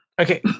okay